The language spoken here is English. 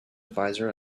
visor